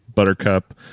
Buttercup